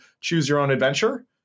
choose-your-own-adventure